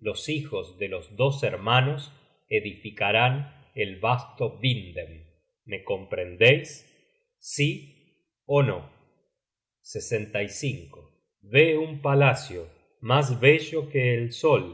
los hijos de los dos hermanos edificarán el vasto vindhem me comprendeis sí ó no ve un palacio mas bello que el sol